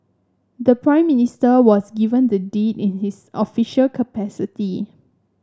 the Prime Minister was given the deed in his official capacity